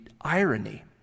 irony